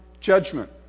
judgment